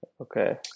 Okay